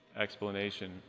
explanation